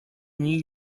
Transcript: new